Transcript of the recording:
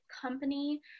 Company